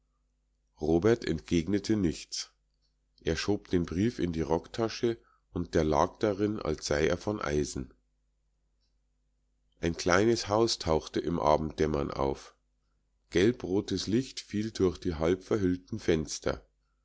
robert entgegnete nichts er schob den brief in die rocktasche und der lag darin als sei er von eisen ein kleines haus tauchte im abenddämmern auf gelbrotes licht fiel durch die halbverhüllten fenster